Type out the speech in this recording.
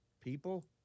People